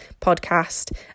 podcast